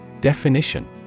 Definition